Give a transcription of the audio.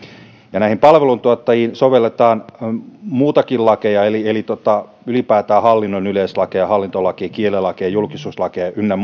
ja näihin palveluntuottajiin sovelletaan muitakin lakeja eli eli ylipäätään hallinnon yleislakeja ja hallintolakia kielilakia julkisuuslakeja ynnä